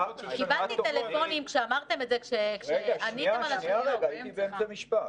קיבלתי טלפונים כשאמרתם את זה --- הייתי באמצע משפט.